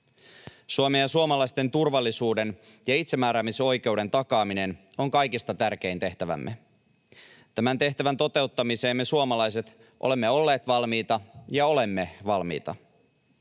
Suomen ja suomalaisten turvallisuuden ja itsemääräämisoikeuden takaaminen on kaikista tärkein tehtävämme. Tämän tehtävän toteuttamiseen me suomalaiset olemme olleet valmiita ja olemme valmiita.